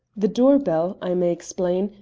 the door bell, i may explain,